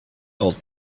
old